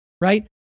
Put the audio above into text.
right